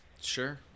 Sure